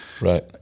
right